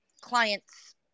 clients